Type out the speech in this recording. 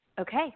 okay